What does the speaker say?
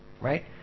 Right